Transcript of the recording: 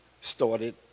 started